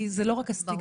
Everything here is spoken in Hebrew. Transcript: כי זה לא רק הסטיגמה,